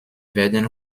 werden